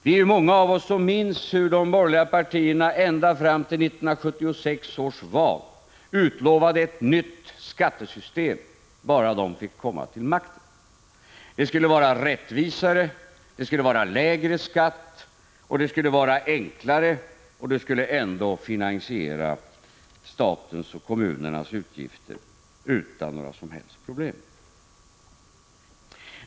Det är många av oss som minns hur de borgerliga partierna ända fram till 1976 års val utlovade ett nytt skattesystem, bara de fick komma till makten. Det skulle vara rättvisare, det skulle ge lägre skatt, det skulle vara enklare och det skulle ändå utan några som helst problem finansiera statens och kommunernas utgifter.